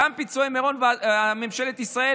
גם פיצויי מירון, ממשלת ישראל